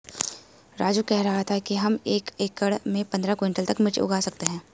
राजू कह रहा था कि हम एक एकड़ में पंद्रह क्विंटल तक मिर्च उगा सकते हैं